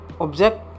object